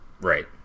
Right